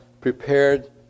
prepared